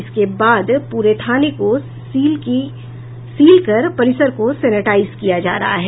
इसके बाद पूरे थाने को सील कर परिसर को सेनिटाईज किया जा रहा है